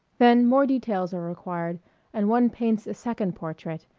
then more details are required and one paints a second portrait,